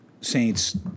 Saints